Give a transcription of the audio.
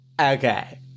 Okay